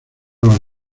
los